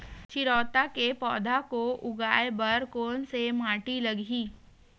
चिरैता के पौधा को उगाए बर कोन से माटी लगही?